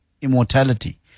immortality